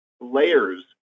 layers